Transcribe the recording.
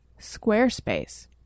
Squarespace